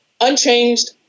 unchanged